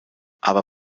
aber